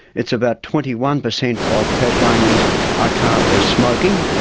it's about twenty one percent of tasmanians are currently smoking,